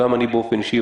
וגם אני באופן אישי,